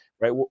Right